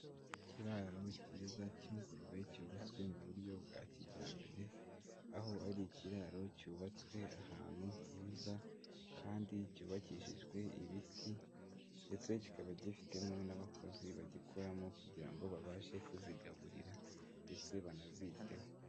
Ikiraro cyiza cy'ingurube cyubatswe mu buryo bwa kijyambere, aho ari ikiraro cyubatswe ahantu heza kandi cyubakishijwe ibiti ndetse kikaba gifitemo n'abakozi bagikoramo kugira ngo babashe kuzigaburira ndetse banaziteho.